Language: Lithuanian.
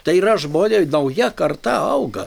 tai yra žmonė nauja karta auga